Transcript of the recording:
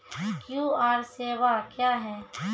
QR सेवा क्या हैं?